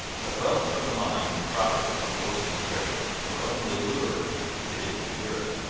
but wealth from the mines and profits from a coasting trade were only a lure to the cupidity of europe.